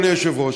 אדוני היושב-ראש,